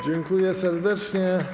Dziękuję serdecznie.